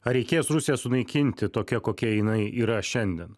ar reikės rusiją sunaikinti tokia kokia jinai yra šiandien